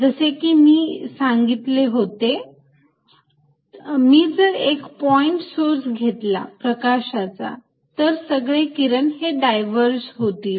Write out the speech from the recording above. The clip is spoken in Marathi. जसे की मी सांगितले होते मी जर एक पॉईंट सोर्स घेतला प्रकाशाचा तर सगळे किरण हे डायव्हर्ज होतील